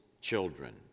children